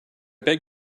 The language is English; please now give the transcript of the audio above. beg